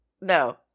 No